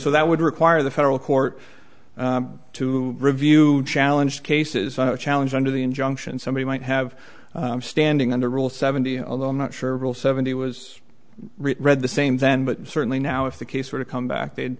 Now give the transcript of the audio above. so that would require the federal court to review challenge cases on a challenge under the injunction somebody might have standing under a rule seventy although i'm not sure rule seventy was written read the same then but certainly now if the case were to come back they'd